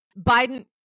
Biden